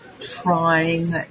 trying